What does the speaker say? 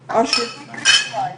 היו"ר מכירה את זה,